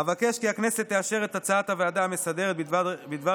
אבקש כי הכנסת תאשר את הצעת הוועדה המסדרת בדבר